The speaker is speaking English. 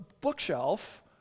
bookshelf